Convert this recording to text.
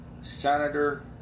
senator